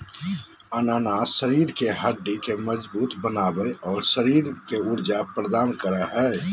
अनानास शरीर के हड्डि के मजबूत बनाबे, और शरीर के ऊर्जा प्रदान करो हइ